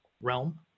realm